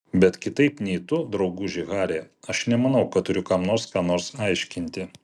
bet kitaip nei tu drauguži hari aš nemanau kad turiu kam nors ką nors aiškinti